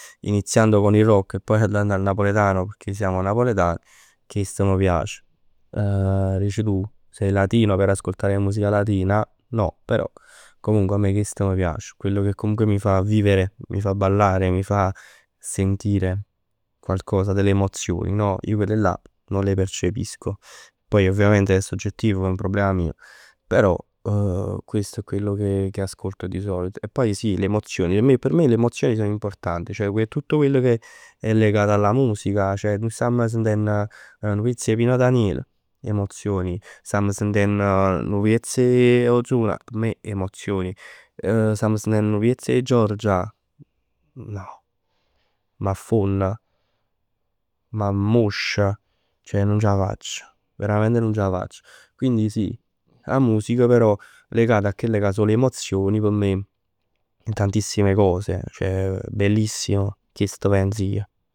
Iniziando con il rock e poi andando al napoletano pecchè siamo napoletani, chest m' piac. Dic tu, sei latino per ascoltare musica latina? No, però, comunque a me chest m' piace. Chell che comunque mi fa vivere, mi fa ballare, mi fa sentire qualcosa, delle emozioni no? Io quelle là non le percepisco. Poi ovviamente è soggettivo. È un problema mio. Però, questo è quello che ascolto di solito. E poi sì le emozioni. P' me le emozioni sono importanti, ceh tutt quello che è legato alla musica. Ceh nuje stamm sentenn nu piezz 'e Pino Daniele? Emozioni. Stamm sentenn nu piezz 'e Ozuna? P' me emozioni. Stamm sentenn nu piezz 'e Giorgia? No. M'affonn. M'ammoscia. Ceh nun c'ha facc. Veramente nun c'ha facc. Quindi sì 'a musica, però legato a chell ca sò l'emozioni, p' me, tantissime cose. Bellissimo, chest pens ij.